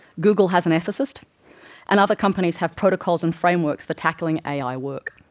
google has an ethicist and other companies have protocols and frameworks for tackling ai work.